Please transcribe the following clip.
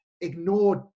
ignored